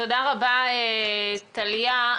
תודה רבה, טליה.